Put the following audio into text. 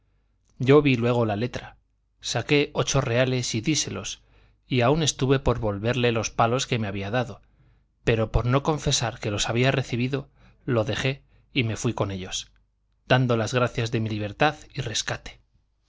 yo vi luego la letra saqué ocho reales y díselos y aun estuve por volverle los palos que me había dado pero por no confesar que los había recibido lo dejé y me fui con ellos dando las gracias de mi libertad y rescate